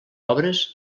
obres